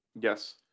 Yes